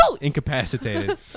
incapacitated